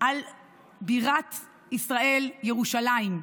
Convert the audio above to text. על בירת ישראל ירושלים.